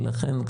לכן,